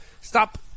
stop